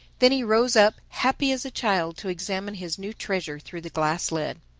then he rose up, happy as a child, to examine his new treasure through the glass lid.